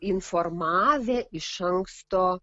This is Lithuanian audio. informavę iš anksto